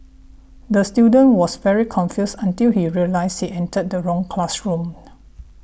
the student was very confused until he realised he entered the wrong classroom